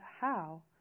how